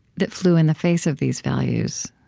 that flew in the face of these values.